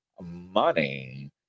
money